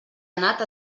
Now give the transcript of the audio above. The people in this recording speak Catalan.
anat